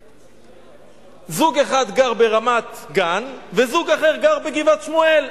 זוג אחד גר ברמת-גן וזוג אחר גר בגבעת-שמואל.